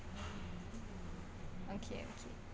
okay okay so what's